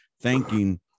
thanking